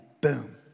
boom